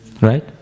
Right